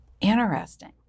Interesting